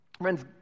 Friends